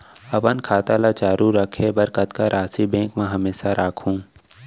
अपन खाता ल चालू रखे बर कतका राशि बैंक म हमेशा राखहूँ?